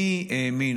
מי האמין,